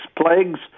plagues